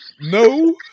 No